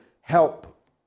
help